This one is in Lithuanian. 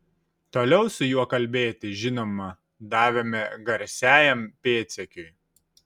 toliau su juo kalbėti žinoma davėme garsiajam pėdsekiui